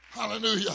hallelujah